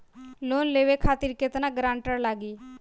Loan लेवे खातिर केतना ग्रानटर लागी?